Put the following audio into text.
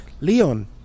Leon